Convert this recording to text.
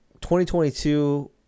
2022